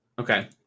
Okay